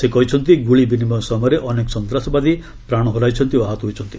ସେ କହିଛନ୍ତି ଗୁଳି ବିନିମୟ ସମୟରେ ଅନେକ ସନ୍ତାସବାଦୀ ପ୍ରାଣ ହରାଇଛନ୍ତି ଓ ଆହତ ହୋଇଛନ୍ତି